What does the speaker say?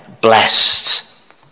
blessed